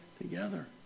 together